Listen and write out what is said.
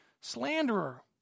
slanderer